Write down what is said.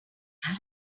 how